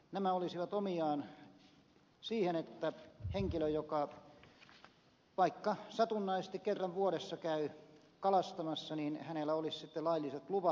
nämä olisivat omiaan siihen että henkilöllä joka vaikka satunnaisesti kerran vuodessa käy kalastamassa olisi sitten lailliset luvat